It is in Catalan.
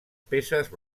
peces